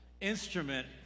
instrument